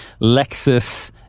Lexus